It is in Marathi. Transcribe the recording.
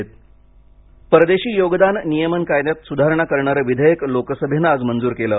परदेश निधी परदेशी योगदान नियमन कायद्यात सुधारणा करणारं विधेयक लोकसभेनं आज मंजूर केले